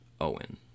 Owen